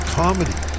comedy